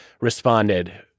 responded